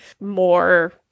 more